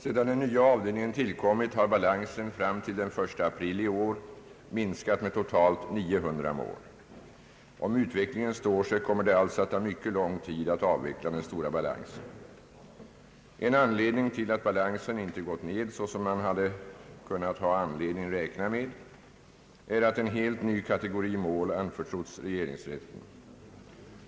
Sedan den nya avdelningen tillkom har balansen fram till den 1 april 1969 minskat med totalt cirka 900 mål. Om utvecklingen står sig kommer det alltså att ta mycket lång tid att avveckla den stora balansen. En anledning till att balansen inte gått ned såsom man kunnat ha anledning räkna med är att en helt ny kategori mål anförtrotts regeringsrätten.